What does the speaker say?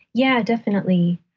yeah, definitely.